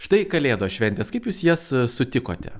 štai kalėdos šventės kaip jūs jas sutikote